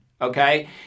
okay